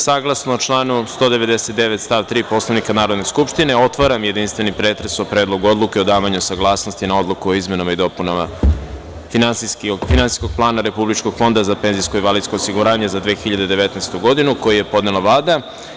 Saglasno članu 199. stav 3. Poslovnika Narodne skupštine, otvaram jedinstveni pretres o Predlogu odluke o davanju saglasnosti na Odluku o izmenama i dopunama Finansijskog plana Republičkog fonda za PIO za 2019. godinu, koji je podnela Vlada.